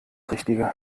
richtige